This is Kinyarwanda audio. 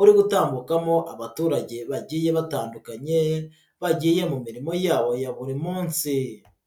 uri gutambukamo abaturage bagiye batandukanye bagiye mu mirimo yabo ya buri munsi.